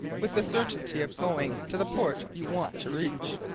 with the certainty of going to the port you want to reach.